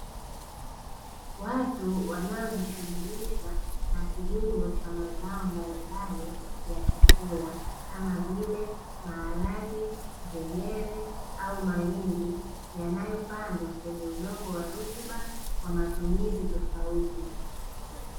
Watu wanaojishughulisha na kilimo cha mazao mbalimbali ya chakula, kama vile; maharage, njegere au mahindi, yanayopandwa kwenye udongo wa rutuba kwa matumizi tofauti.